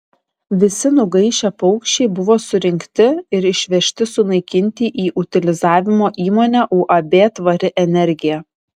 visi nugaišę paukščiai buvo surinkti ir išvežti sunaikinti į utilizavimo įmonę uab tvari energija